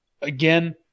again